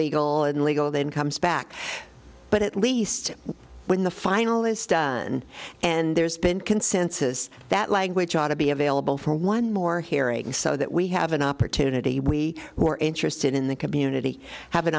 legal in legal then comes back but at least when the finalists done and there's been consensus that language ought to be available for one more hearing so that we have an opportunity we were interested in the community have an